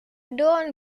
dawn